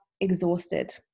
exhausted